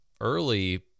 early